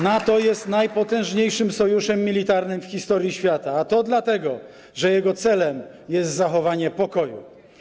NATO jest najpotężniejszym sojuszem militarnym w historii świata, a to dlatego, że jego celem jest zachowanie pokoju.